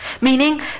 Meaning